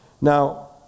Now